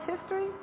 history